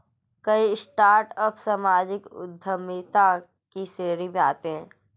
कई स्टार्टअप सामाजिक उद्यमिता की श्रेणी में आते हैं